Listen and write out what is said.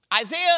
Isaiah